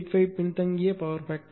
85 பின்தங்கிய power factor